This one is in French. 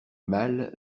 mal